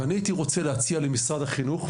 אני הייתי רוצה להציע למשרד החינוך,